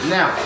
Now